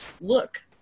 look